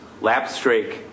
lapstrake